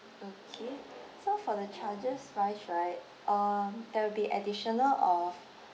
okay so for the charges wise right um there will be additional of